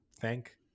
thank